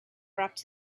rubbed